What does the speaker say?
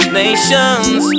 nations